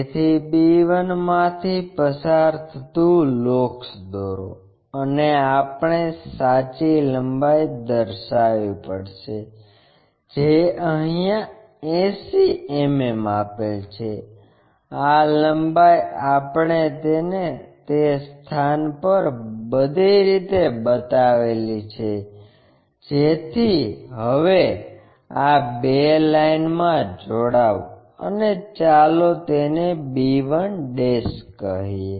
તેથી b 1 માંથી પસાર થતું લોકસ દોરો અને આપણે સાચી લંબાઈ દર્શાવવી પડશે જે અહીંયા 80 mm આપેલ છે આ લંબાઈ આપણે તેને તે સ્થાન પર બધી રીતે બતાવેલી છે જેથી હવે આ બે લાઇનમાં જોડાઓ અને ચાલો તેને b 1 કહીએ